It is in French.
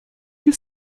que